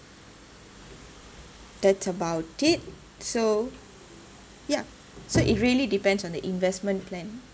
that's about it so ya so it really depends on the investment plan